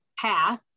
path